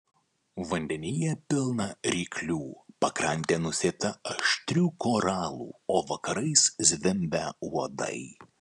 vandenyje pilna ryklių pakrantė nusėta aštrių koralų o vakarais zvimbia uodai